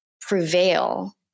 prevail